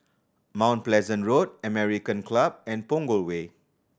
Mount Pleasant Road American Club and Punggol Way